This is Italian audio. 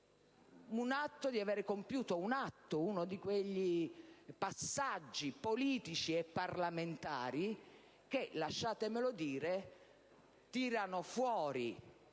credo di aver compiuto un atto, uno di quei passaggi politici e parlamentari che, lasciatemelo dire, tirano fuori